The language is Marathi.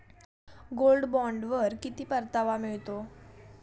गोल्ड बॉण्डवर किती परतावा मिळतो?